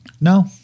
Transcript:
No